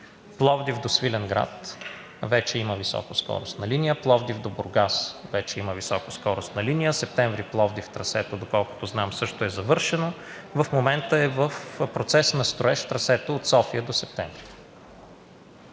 Пловдив до Свиленград и от Пловдив до Бургас вече има високоскоростни линии. Септември – Пловдив – трасето, доколкото знам, също е завършено. В момента е в процес на строеж трасето от София до Септември,